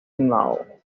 snow